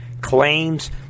claims